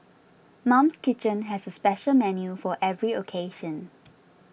Mum's Kitchen has a special menu for every occasion